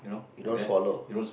you don't swallow